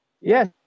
yes